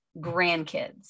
grandkids